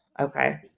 Okay